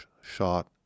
shot